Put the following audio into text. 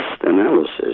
analysis